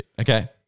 Okay